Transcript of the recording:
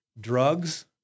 Drugs